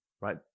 right